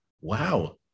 wow